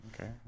Okay